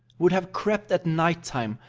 would have crept at night-time,